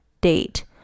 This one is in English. date